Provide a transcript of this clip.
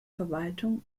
verwaltung